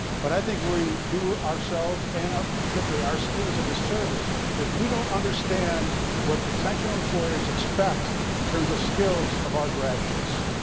but i think we do ourselves and particularly our students a disservice if we don't understand what potential employers expect in terms of skills of our graduates.